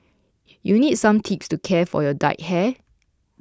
you need some tips to care for your dyed hair